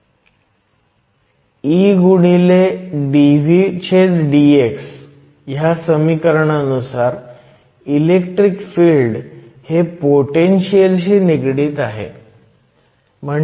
E dvdx ह्या समिकरणानुसार electric field हे पोटेनशीयल शी निगडित आहे